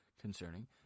concerning